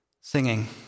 singing